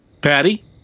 Patty